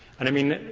and i mean,